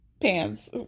pants